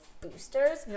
boosters